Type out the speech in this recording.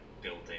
building